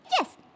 Yes